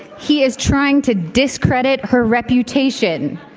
he is trying to discredit her reputation.